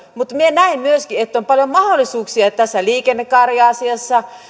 mutta minä näen myöskin että on paljon mahdollisuuksia tässä liikennekaariasiassa